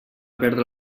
perdre